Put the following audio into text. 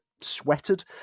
sweated